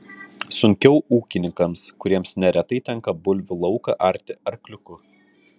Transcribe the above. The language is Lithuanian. sunkiau ūkininkams kuriems neretai tenka bulvių lauką arti arkliuku